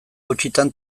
gutxitan